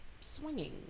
swinging